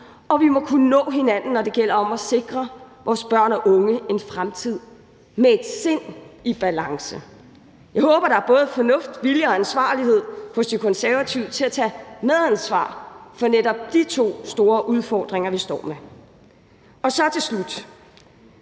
og vi må kunne nå hinanden, når det gælder om at sikre vores børn og unge en fremtid med et sind i balance. Jeg håber, at der både er fornuft, vilje og ansvarlighed hos De Konservative til at tage medansvar for netop de to store udfordringer, vi står med. Så til slut: